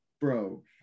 bro